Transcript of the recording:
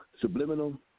subliminal